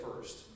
first